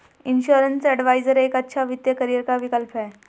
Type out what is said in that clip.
insurance adviser एक अच्छा वित्तीय करियर का विकल्प है